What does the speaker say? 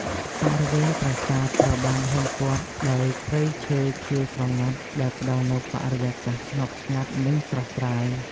បរិវេណប្រាសាទត្រូវបានហ៊ុំព័ទ្ធដោយព្រៃឈើខៀវស្រងាត់ ដែលផ្តល់នូវបរិយាកាសស្ងប់ស្ងាត់ និងស្រស់ស្រាយ។